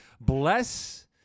Bless